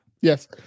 Yes